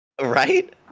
right